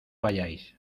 vayáis